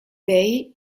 bay